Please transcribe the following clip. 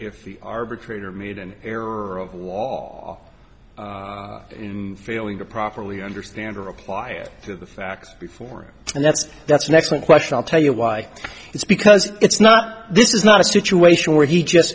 the arbitrator made an error in failing to properly understand or apply it to the facts before and that's that's an excellent question i'll tell you why it's because it's not this is not a situation where he just